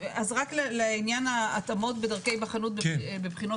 רק לעניין ההתאמות בדרכי היבחנות בבחינות